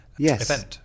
Yes